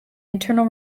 internal